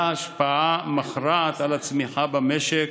להיות השפעה מכרעת על הצמיחה במשק,